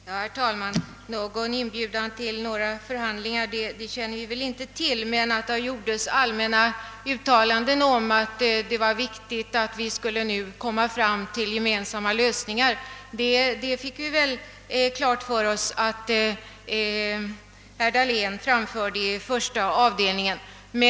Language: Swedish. Herr talman! Någon inbjudan till förhandlingar känner vi inte till. Men vi fick klart för oss att herr Dahlén i första avdelningen framförde allmänna uttalanden om vikten av att komma fram till gemensamma lösningar.